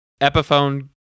epiphone